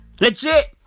Legit